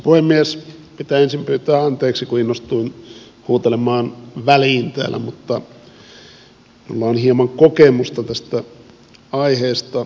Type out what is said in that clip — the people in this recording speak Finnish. pitää ensin pyytää anteeksi kun innostuin huutelemaan väliin täällä mutta minulla on hieman kokemusta tästä aiheesta